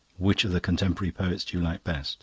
which of the contemporary poets do you like best